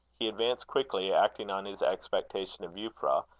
he advanced quickly, acting on his expectation of euphra,